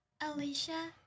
Alicia